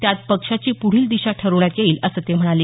त्यात पक्षाची प्रढील दिशा ठरवण्यात येईल असं ते म्हणाले